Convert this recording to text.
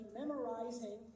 memorizing